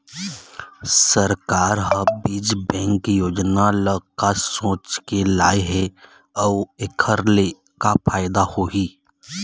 सरकार ह बीज बैंक योजना ल का सोचके लाए हे अउ एखर ले का फायदा होही?